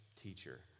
teacher